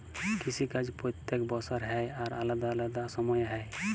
কিসি কাজ প্যত্তেক বসর হ্যয় আর আলেদা আলেদা সময়ে হ্যয়